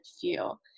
feel